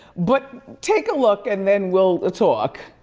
but take a look and then we'll talk.